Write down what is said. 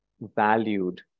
valued